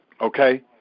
Okay